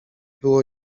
było